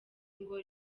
ngo